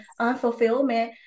unfulfillment